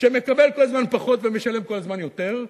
שמקבל כל הזמן פחות ומשלם כל הזמן יותר.